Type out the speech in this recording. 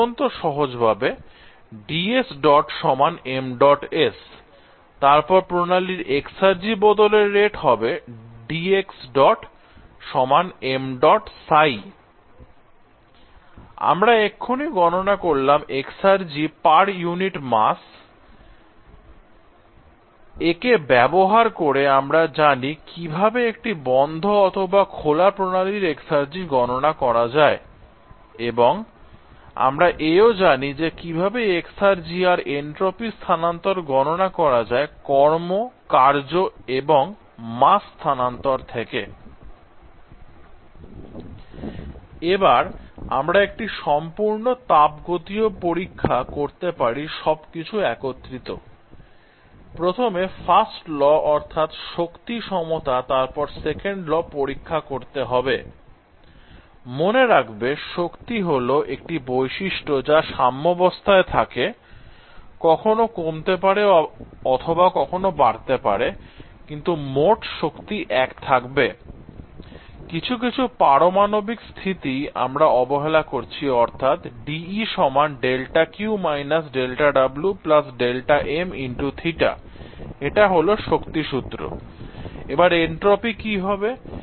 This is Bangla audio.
অত্যন্ত সহজভাবে তারপর প্রণালীর এক্সার্জি বদল এর রেট হবে আমরা এক্ষুনি গণনা করলাম এক্সার্জি পার ইউনিট মাস এ কে ব্যবহার করে আমরা জানি কিভাবে একটি বন্ধ অথবা খোলা প্রণালীর এক্সার্জি গণনা করা যায় এবং আমরা এও জানি যে কিভাবে এক্সার্জি আর এনট্রপি স্থানান্তর গণনা করা যায় কর্ম কার্য এবং স্থানান্তর থেকে I এবার আমরা একটি সম্পূর্ণ তাপগতীয় পরীক্ষা করতে পারি সবকিছু একত্রিত I প্রথমে ফার্স্ট ল অর্থাৎ শক্তি সমতা তারপর সেকেন্ড ল পরীক্ষা করতে হবে I মনে রাখবে শক্তি হল একটি বৈশিষ্ট্য যা সাম্যবস্থায় থাকে কখনো কমতে পারে অথবা কখনো বাড়তে পারে কিন্তু মোট শক্তি এক থাকবে I কিছু কিছু পারমাণবিক স্থিতি আমরা অবহেলা করছি I অর্থাৎ dE δQ - δW δmθ এটা হল শক্তি সূত্র I এবার এনট্রপি কি হবে